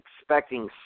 expecting